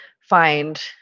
find